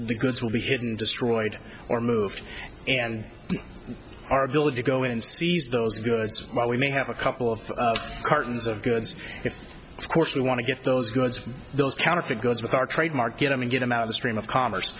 the goods will be hidden destroyed or moved and our ability to go in and seize those goods while we may have a couple of cartons of goods if course we want to get those goods those counterfeit goods with our trademark get them and get them out of the stream of commerce